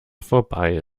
vorbei